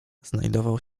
znajdował